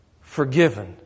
forgiven